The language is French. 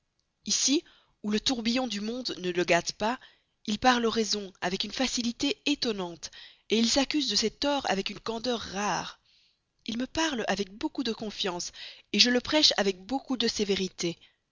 ici où le tourbillon du monde ne le gâte pas il parle raison avec une facilité étonnante et il s'accuse de ses torts avec une candeur rare il me parle avec beaucoup de confiance et je le prêche avec beaucoup de sévérité